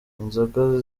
inzoga